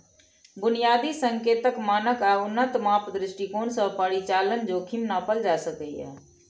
बुनियादी संकेतक, मानक आ उन्नत माप दृष्टिकोण सं परिचालन जोखिम नापल जा सकैए